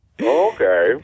Okay